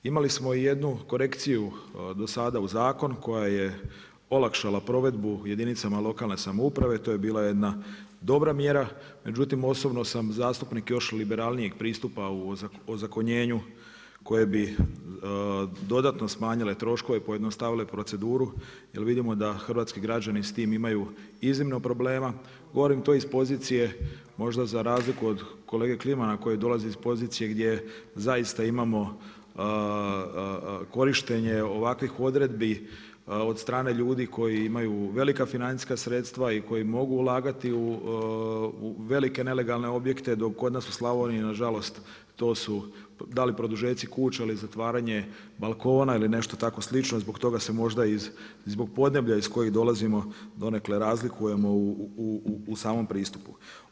Imali smo i jednu korekciju do sada u zakon, koja je olakšala provedbu jedinicama lokalne samouprave, to je bila jedna dobra mjera, međutim osobno sam zastupnik još liberalnijeg pristupa ozakonjenju koje bi dodatno smanjile troškove, pojednostavile proceduru, jer vidimo da hrvatski građani s tim imaju iznimno problema, govorim to iz pozicije, možda za razliku od kolege Klimana koji dolazi iz pozicije gdje zaista imamo korištenje ovakvih odredbi od strane ljudi koji imaju financijska sredstva i koji mogu ulagati u velike nelegalne objekte, dok kod nas u Slavoniji nažalost, to su da li produžeci kuća ili zatvaranje balkona ili nešto tako slično i zbog toga se možda i iz podneblja iz kojeg dolazimo donekle razlikujemo u samom pristupu.